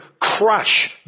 crush